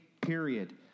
period